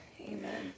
Amen